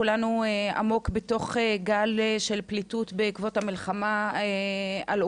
כולנו עמוק בתוך גל של פליטות בעקבות המלחמה על אוקראינה.